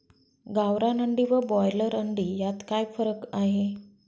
गावरान अंडी व ब्रॉयलर अंडी यात काय फरक आहे?